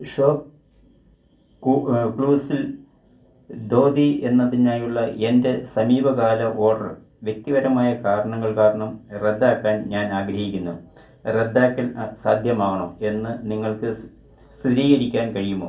shop ക്ലൂസിൽ ധോതി എന്നതിനായുള്ള എൻ്റെ സമീപകാല ഓർഡർ വ്യക്തിപരമായ കാരണങ്ങൾ കാരണം റദ്ദാക്കാൻ ഞാൻ ആഗ്രഹിക്കുന്നു റദ്ദാക്കൽ സാധ്യമാണോ എന്ന് നിങ്ങൾക്ക് സ്ഥിരീകരിക്കാൻ കഴിയുമോ